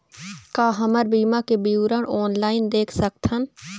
का हमर बीमा के विवरण ऑनलाइन देख सकथन?